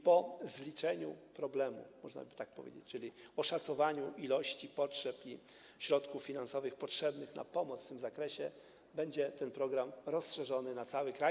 Po zliczeniu problemu, można by tak powiedzieć, czyli oszacowaniu ilości potrzeb i środków finansowych potrzebnych na pomoc w tym zakresie, ten program będzie rozszerzony na cały kraj.